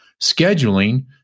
scheduling